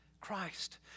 Christ